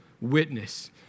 witness